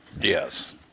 Yes